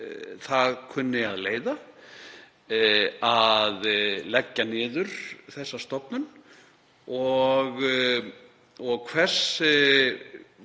það kunni að leiða að leggja niður þessa stofnun og hvers